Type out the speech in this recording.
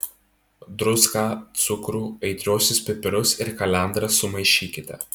druską cukrų aitriuosius pipirus ir kalendras sumaišykite